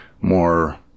more